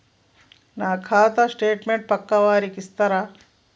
నా ఖాతా స్టేట్మెంట్ పక్కా వారికి ఇస్తరా?